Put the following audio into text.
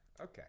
Okay